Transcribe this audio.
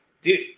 dude